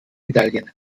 medaillen